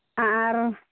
ᱟᱨ